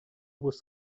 was